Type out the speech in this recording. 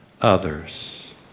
others